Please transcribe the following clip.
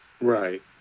right